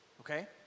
okay